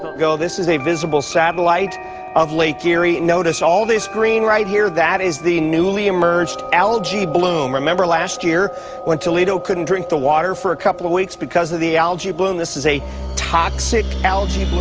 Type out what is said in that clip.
this is a visible satellite of lake erie. notice all this green right here, that is the newly merged algae bloom. remember last year when toledo couldn't drink the water for a couple of weeks because of the algae bloom? this is a toxic algae bloom,